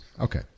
okay